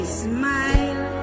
smile